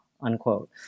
unquote